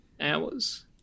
hours